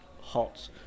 hot